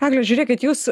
egle žiūrėkit jūs